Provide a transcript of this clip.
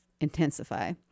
intensify